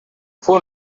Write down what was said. fue